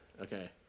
Okay